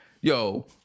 Yo